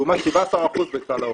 לעומת 17% בכלל האוכלוסייה.